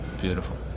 Beautiful